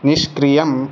निष्क्रियम्